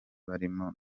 barimo